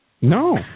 No